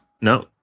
no